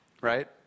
right